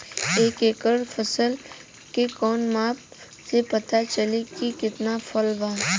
एक एकड़ फसल के कवन माप से पता चली की कितना फल बा?